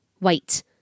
Wait